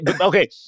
Okay